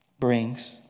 brings